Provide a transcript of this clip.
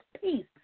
peace